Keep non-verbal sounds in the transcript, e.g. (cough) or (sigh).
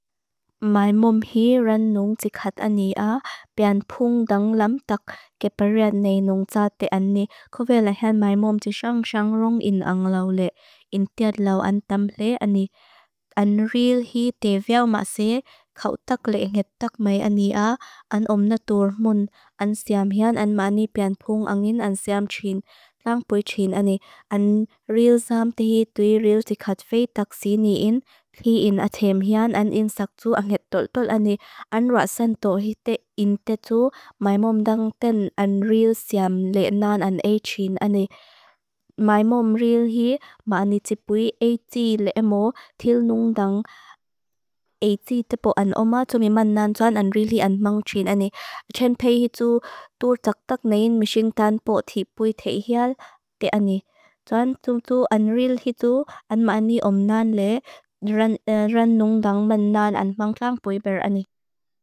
Mae mom hi ran nung tsikhat ani a, pean pung dang lam tak keparean nei nung tsa te ani. Kove lehen mae mom ti shang shang rung in ang lau le. In tiad lau an tample ani. An ril hi te veaw ma se, kaw tak le inget tak mai ani a. An om na dur mun. An siam hean, an ma ni pean pung angin, an siam chin. Lang boi chin ani. An ril zam te hi tui ril tsikhat fei tak si ni in. Hi in atem hean, an in sak tuu anget tol tol ani. An rat san to hi te in te tuu. Mae mom dang ten an ril siam le nan an ejin ani. Mae mom ril hi ma ani tipui eji le emo. Til nung dang (hesitation) eji te po. An oma tumi man nan. Tuan an ril hi an mang chin ani. Chen pe hi tuu tur tak tak nei. Mi sing tan po tipui te hi al. Te ani. Tuan tum tuu an ril hi tuu. An ma ni om nan le. Ran (hesitation) nun dang man nan. An mang tan pui per ani.